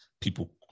people